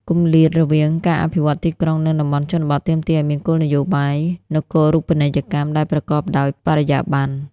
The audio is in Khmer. គម្លាតរវាងការអភិវឌ្ឍទីក្រុង និងតំបន់ជនបទ ទាមទារឱ្យមានគោលនយោបាយនគរូបនីយកម្មដែលប្រកបដោយបរិយាបន្ន។